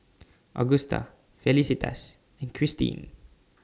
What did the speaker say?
Augusta Felicitas and Christine